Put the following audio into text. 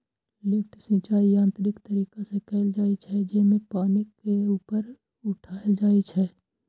lift सिंचाइ यांत्रिक तरीका से कैल जाइ छै, जेमे पानि के ऊपर उठाएल जाइ छै